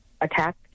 attack